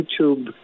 YouTube